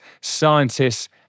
scientists